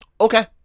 Okay